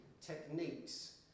techniques